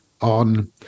on